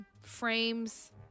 frames